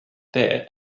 there